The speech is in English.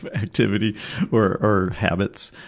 but activity or or habits,